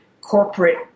corporate